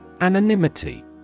Anonymity